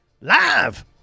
Live